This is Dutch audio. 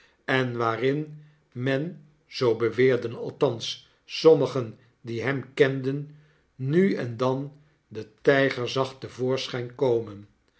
en waarin men zoo beweerden althans sommigen die hem kenden nu en dandentyger zag te voorschyn komen